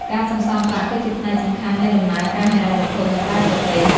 ការសន្សំប្រាក់គឺជាផ្នែកសំខាន់នៃដំណើរការហិរញ្ញវត្ថុនៅក្រៅប្រទេស។